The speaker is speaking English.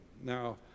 Now